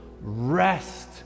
rest